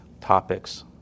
topics